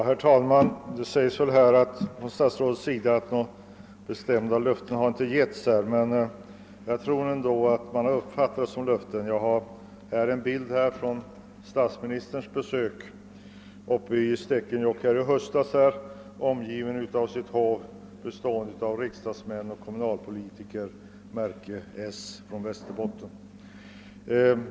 | Herr talman! Statsrådet säger att någ ra bestämda löften inte har givits. Men jag tror ändå att det har uppfattats som löften. Jag har här en bild från statsministerns besök uppe i Stekenjokk i höstas, där han står omgiven av sitt hov av riksdagsmän och 'kommunalpolitiker, märke , från Västerbotten.